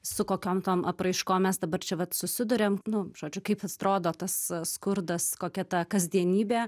su kokiom tom apraiškom mes dabar čia vat susiduriam nu žodžių kaip atrodo tas skurdas kokia ta kasdienybė